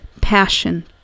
passion